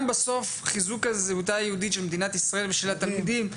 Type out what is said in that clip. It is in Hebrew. וגם בסוף מדובר גם בחיזוק הזהות היהודית של מדינת ישראל ושל התלמידים.